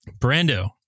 Brando